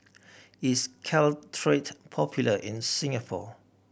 is Caltrate popular in Singapore